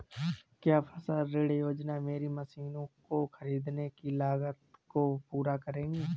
क्या फसल ऋण योजना मेरी मशीनों को ख़रीदने की लागत को पूरा करेगी?